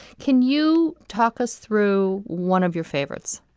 can you talk us through one of your favorites?